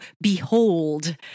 behold